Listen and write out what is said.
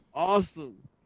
Awesome